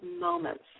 moments